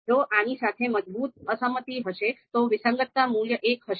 જો આની સાથે મજબૂત અસંમતિ હશે તો વિસંગતતા મૂલ્ય એક હશે